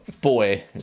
boy